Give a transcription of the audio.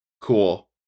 cool